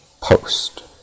post